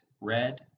red